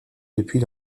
depuis